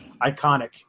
iconic